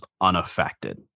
unaffected